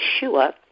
Yeshua